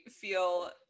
feel